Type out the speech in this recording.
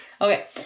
okay